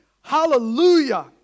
Hallelujah